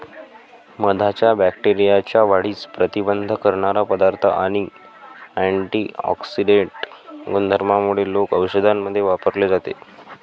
मधाच्या बॅक्टेरियाच्या वाढीस प्रतिबंध करणारा पदार्थ आणि अँटिऑक्सिडेंट गुणधर्मांमुळे लोक औषधांमध्ये वापरले जाते